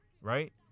right